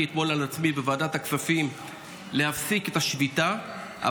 על עצמי בוועדת הכספים להפסיק את השביתה,